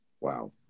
Wow